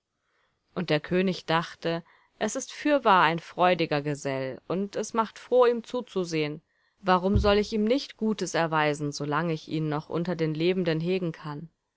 und der könig dachte er ist fürwahr ein freudiger gesell und es macht froh ihm zuzusehen warum soll ich ihm nicht gutes erweisen solange ich ihn noch unter den lebenden hegen kann